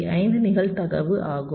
5 நிகழ்தகவு 0 ஆகும்